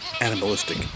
animalistic